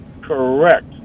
Correct